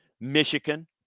Michigan